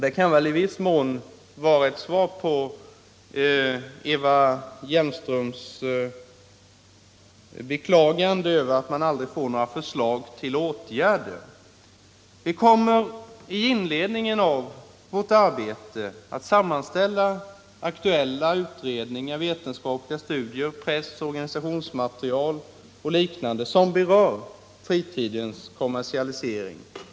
Det kan i viss mån vara ett svar på Eva Hjelmströms beklagande över att man aldrig får några förslag till åtgärder. Vi kommer i inledningen av vårt arbete att sammanställa aktuella utredningar, vetenskapliga studier, pressoch organisationsmaterial och liknande som berör fritidens kommersialisering.